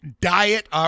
diet